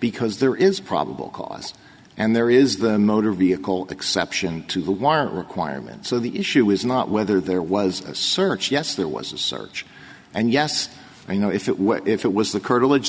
because there is probable cause and there is the motor vehicle exception to the wire requirement so the issue is not whether there was a search yes there was a search and yes you know if it were if it was the curtilage